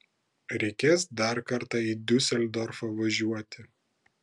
reikės dar kartą į diuseldorfą važiuoti